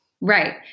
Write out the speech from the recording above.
Right